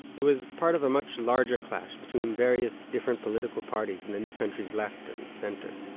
it was part of a much larger clash between various different political parties in the new country's left and center.